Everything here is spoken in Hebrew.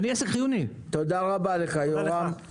תודה רבה לך יורם.